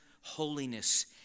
holiness